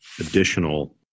additional